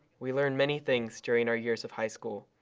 we learn many things during our years of high school.